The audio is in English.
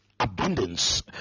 abundance